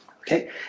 Okay